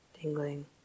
Tingling